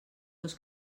dos